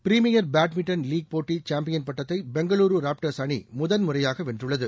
premier badminton league போட்டி champion பட்டத்தை Bengaluru raptors அணி முதல் முறையாக வென்றுள்ளது